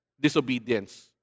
disobedience